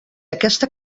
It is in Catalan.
aquesta